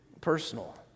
personal